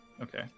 Okay